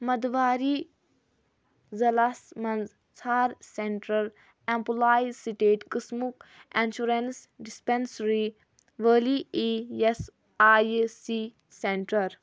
مٔدورای ضلعس مَنٛز ژھابڈ سینٹرٕل ایٚمپلایِز سٕٹیٹ قِسمُک اِنشورَنس ڈِسپیٚنٛسرٛی وٲلی E S I C centre